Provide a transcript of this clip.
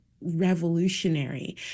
revolutionary